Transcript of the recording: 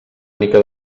mica